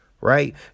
Right